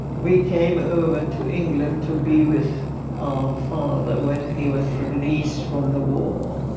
we came over to england to be with our father when he was released from the war.